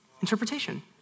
Interpretation